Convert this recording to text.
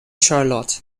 charlotte